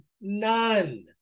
none